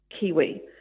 Kiwi